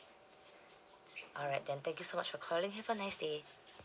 alright then thank you so much for calling have a nice day